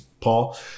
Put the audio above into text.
Paul